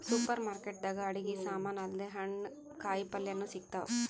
super market ದಾಗ್ ಅಡಗಿ ಸಮಾನ್ ಅಲ್ದೆ ಹಣ್ಣ್ ಕಾಯಿಪಲ್ಯನು ಸಿಗ್ತಾವ್